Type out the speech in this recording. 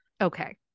Okay